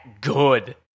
good